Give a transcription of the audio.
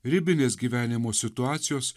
ribinės gyvenimo situacijos